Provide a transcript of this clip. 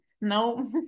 No